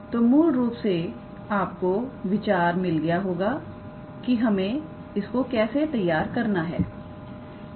तो मूल रूप से आपको विचार मिल गया होगा कि हमें इसको कैसे तैयार करना है